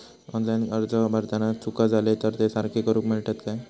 Online अर्ज भरताना चुका जाले तर ते सारके करुक मेळतत काय?